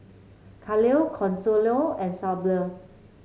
Khalil Consuelo and